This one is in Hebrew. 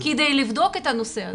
כדי לבדוק את הנושא הזה.